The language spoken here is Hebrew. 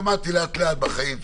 למדתי לאט-לאט בחיים.